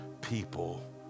people